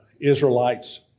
Israelites